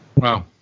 Wow